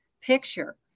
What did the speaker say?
picture